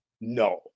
No